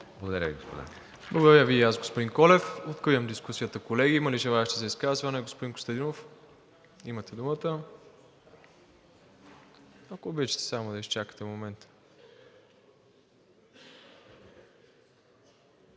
Благодаря Ви. Господин